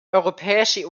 europäische